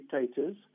dictators